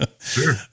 Sure